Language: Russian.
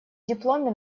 дипломе